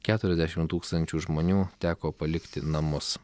keturiasdešim tūkstančių žmonių teko palikti namus